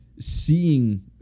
seeing